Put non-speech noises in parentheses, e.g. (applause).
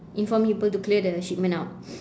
inform people to clear the shipment out (noise)